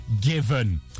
given